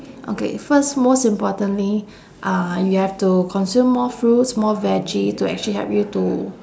okay first most importantly uh you have to consume more fruits more veggie to actually help you to